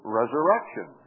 resurrection